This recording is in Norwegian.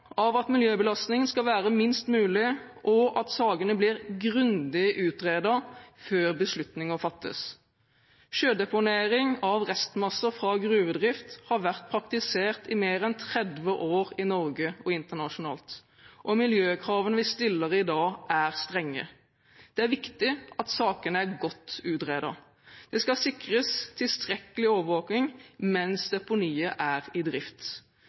at miljøbelastningen skal være minst mulig, og at sakene blir grundig utredet før beslutninger fattes. Sjødeponering av restmasser fra gruvedrift har vært praktisert i Norge og internasjonalt i mer enn 30 år, og miljøkravene vi stiller i dag, er strenge. Det er viktig at sakene er godt utredet. Det skal sikres tilstrekkelig overvåking mens deponiet er i drift.